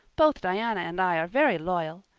both diana and i are very loyal.